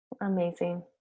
amazing